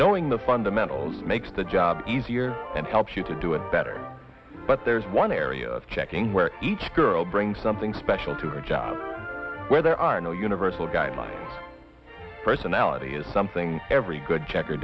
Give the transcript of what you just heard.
knowing the fundamentals makes the job easier and helps you to do it better but there's one area of checking where each girl brings something special to her job where there are no universal guy my personality is something every good checker